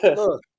look